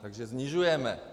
Takže snižujeme.